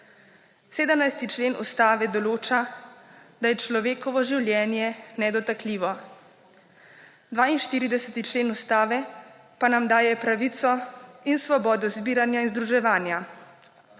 17. člen Ustave določa, da je človekovo življenje nedotakljivo. 42. člen Ustave pa nam daje pravico in svobodo zbiranja in združevanja.